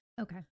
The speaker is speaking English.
Okay